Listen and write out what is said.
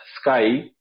sky